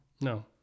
no